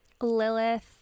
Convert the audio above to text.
Lilith